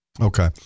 Okay